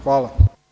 Hvala.